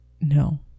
No